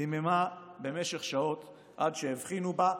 דיממה במשך שעות עד שהבחינו בה.